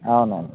అవునవును